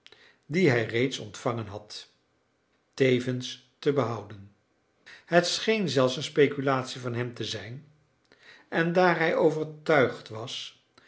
die hij reeds ontvangen had tevens te behouden het scheen zelfs een speculatie van hem te zijn en daar hij overtuigd was